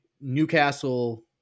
Newcastle